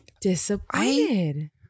disappointed